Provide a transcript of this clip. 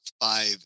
five